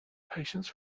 patients